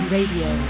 Radio